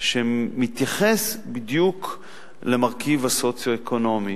שמתייחס בדיוק למרכיב הסוציו-אקונומי,